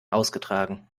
ausgetragen